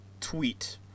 tweet